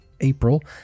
April